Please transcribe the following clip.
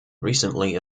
recently